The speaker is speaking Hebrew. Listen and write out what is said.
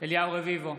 אליהו רביבו,